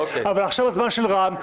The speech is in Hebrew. אבל עכשיו הזמן של רם שפע.